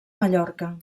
mallorca